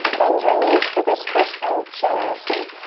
bend your knees for this first one generously.